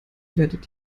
werdet